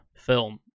film